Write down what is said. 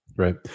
Right